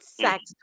sex